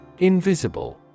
Invisible